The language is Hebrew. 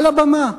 על הבמה.